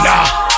Nah